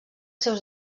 seus